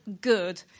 good